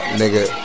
nigga